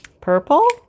purple